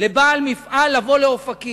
לבעל מפעל לבוא לאופקים.